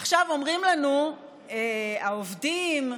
עכשיו, אומרים לנו: העובדים,